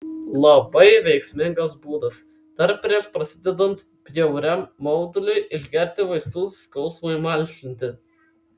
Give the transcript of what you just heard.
labai veiksmingas būdas dar prieš prasidedant bjauriam mauduliui išgerti vaistų skausmui malšinti